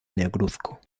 negruzco